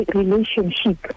relationship